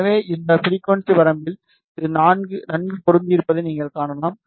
எனவே இந்த ஃபிரிக்குவன்சி வரம்பில் இது நன்கு பொருந்தியிருப்பதை நீங்கள் காணலாம்